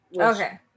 Okay